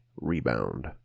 Rebound